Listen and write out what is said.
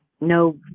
no